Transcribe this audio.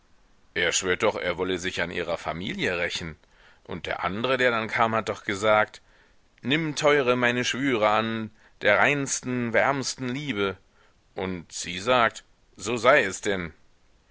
er schwört doch er wolle sich an ihrer familie rächen und der andre der dann kam hat doch gesagt nimm teure meine schwüre an der reinsten wärmsten liebe und sie sagt so sei es denn